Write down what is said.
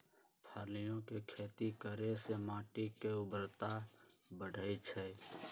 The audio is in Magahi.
फलियों के खेती करे से माटी के ऊर्वरता बढ़ई छई